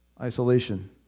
Isolation